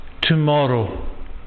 tomorrow